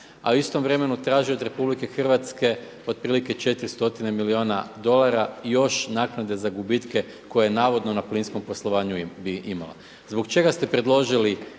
a u istom vremenu traži od RH otprilike 4 stotine milijuna dolara još naknade za gubitke koje je navodno na plinskom poslovanju imala. Zbog čega ste predložili